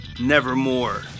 Nevermore